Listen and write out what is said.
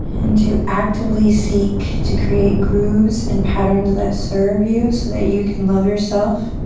and to actively seek to create grooves and patterns that serve you so that you can love yourself,